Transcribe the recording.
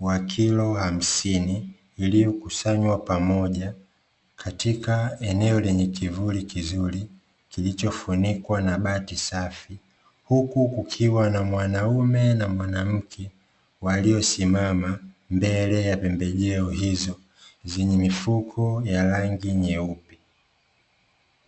wa kilo hamsini, iliyokusanywa pamoja katika eneo lenye kivuli kizuri kilichofunikwa na bati safi, huku kukiwa na mwanaume na mwanamke waliosimama mbele ya pembejeo hizo zenye mifuko ya rangi nyeupe.